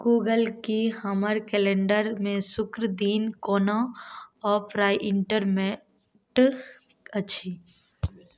Google की हमर कैलेण्डरमे शुक्र दिन कोनो अप्राइन्टरमेन्ट अछि